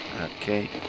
Okay